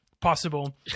possible